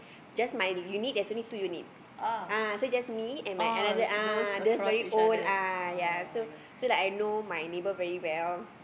just my unit there are also two units ah so just me and my other ah just very old ah ya so so I know my neighbor very well